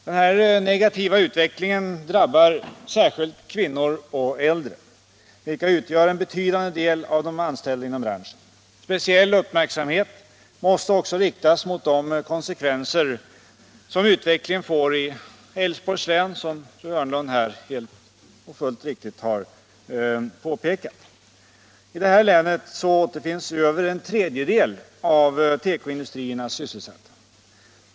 Den här negativa utvecklingen drabbar särskilt kvinnor och äldre, vilka utgör en betydande del av de anställda inom branschen. Speciell uppmärksamhet måste också riktas mot de konsekvenser som utvecklingen får i Älvsborgs län. Som fru Hörnlund fullt riktigt har påpekat återfinns i det länet över en tredjedel av tekoindustriernas sysselsatta.